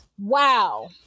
Wow